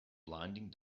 blinding